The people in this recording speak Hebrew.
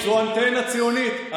זו אנטנה ציונית?